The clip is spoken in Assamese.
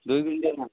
দুই কুইণ্টেল ন